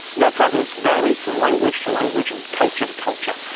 their prevalence varies from language to language, and culture to culture,